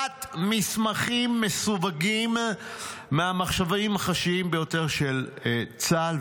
מסמכים מסווגים מהמחשבים החשאיים ביותר של צה"ל,